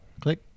click